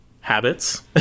habits